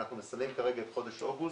אנחנו מסיימים כרגע את חודש אוגוסט,